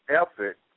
effort